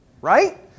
right